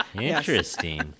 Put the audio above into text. Interesting